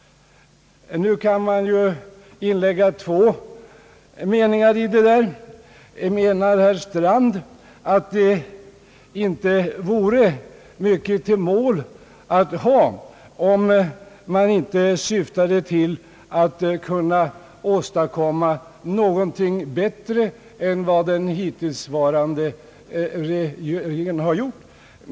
Nu kan man inlägga två meningar i det här. Menar herr Strand att det inte vore mycket till mål att inte syfta längre än till att åstadkomma någonting bättre än vad den hittillsvarande regeringen har gjort?